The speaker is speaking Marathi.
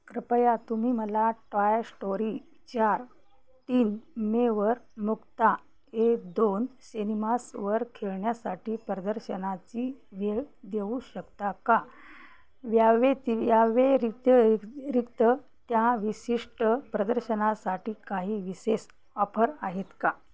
कृपया तुम्ही मला टॉय श्टोरी च्या तीन मेवर मुक्ता ए दोन सिनेमासवर खेळण्यासाठी प्रदर्शनाची वेळ देऊ शकता का व्यावेती यावेरिक्त रिक्त त्या विशिष्ट प्रदर्शनासाठी काही विशेष ऑफर आहेत का